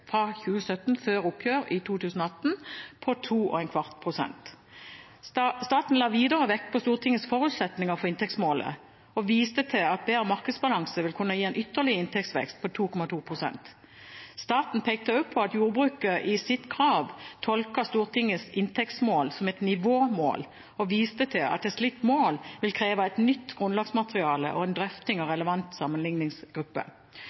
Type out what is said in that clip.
fra 2017 før oppgjør i 2018 på 2,25 pst. Staten la videre vekt på Stortingets forutsetninger for inntektsmålet, og viste til at bedre markedsbalanse vil kunne gi en ytterligere inntektsvekst på 2,2 pst. Staten pekte også på at jordbruket i sitt krav tolket Stortingets inntektsmål som et nivåmål, og viste til at et slikt mål vil kreve et nytt grunnlagsmateriale og en drøfting av